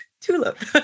tulip